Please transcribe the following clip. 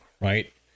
right